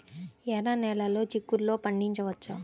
ఎర్ర నెలలో చిక్కుల్లో పండించవచ్చా?